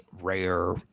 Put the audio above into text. rare